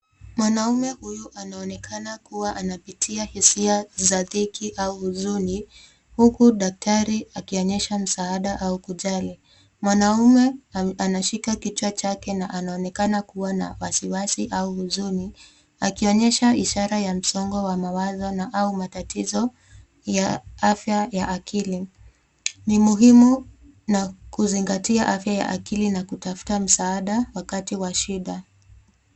Mwanamume huyu anaonekana kuwa anapitia hisia za dhiki au huzuni huku daktari akionyesha msaada au kujali. Mwanamume anashika kichwa chake na anaonekana kuwa na wasiwasi au huzuni akionyesha ishara ya msongo wa mawazo au matatizo ya afya ya akili. Ni muhimu kuzingatia afya ya akili na kutafuta msaada wakati wa shida.